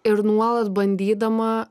ir nuolat bandydama